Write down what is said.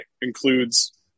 includes